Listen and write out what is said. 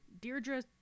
Deirdre